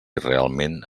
realment